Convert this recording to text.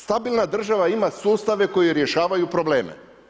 Stabilna država ima sustave, koje rješavaju probleme.